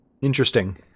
Interesting